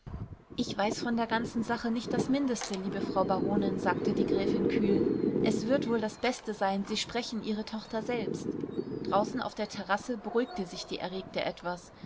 ich weiß von der ganzen sache nicht das mindeste liebe frau baronin sagte die gräfin kühl es wird wohl das beste sein sie sprechen ihre tochter selbst draußen auf der terrasse beruhigte sich die erregte etwas